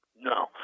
No